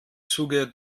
zuge